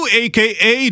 aka